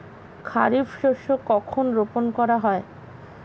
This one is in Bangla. খারিফ শস্য কখন রোপন করা হয়?